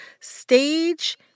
stage